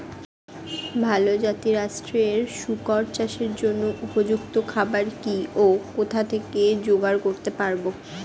ভালো জাতিরাষ্ট্রের শুকর চাষের জন্য উপযুক্ত খাবার কি ও কোথা থেকে জোগাড় করতে পারব?